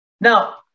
Now